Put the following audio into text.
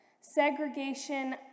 segregation